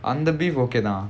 அந்த:andha beef okay தான்:thaan